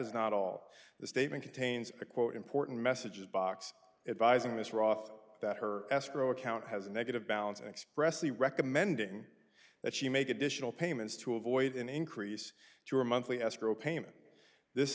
is not all the statement contains a quote important message box advising mr off that her escrow account has a negative balance expressly recommending that she make additional payments to avoid an increase your monthly escrow payment this